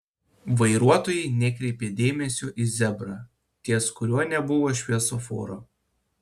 vairuotojai nekreipė dėmesio į zebrą ties kuriuo nebuvo šviesoforo